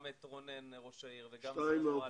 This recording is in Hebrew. גם את רונן פלוט ראש העיר וגם את אלכס.